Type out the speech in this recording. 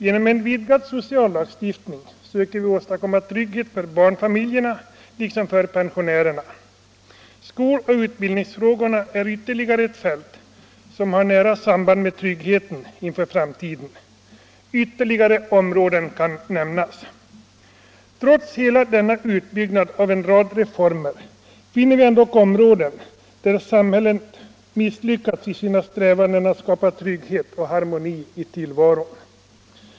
Genom en vidgad sociallagstiftning söker vi åstadkomma trygghet för barnfamiljerna liksom för pensionärerna. Skoloch utbildningsfrågorna är ytterligare ett fält som har nära samband med tryggheten inför framtiden. Ytterligare områden kan nämnas. Trots hela denna utbyggnad av en rad reformer finner vi ändock områden där samhället misslyckats i sina strävanden att skapa trygghet och harmoni i tillvaron.